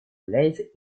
является